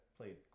played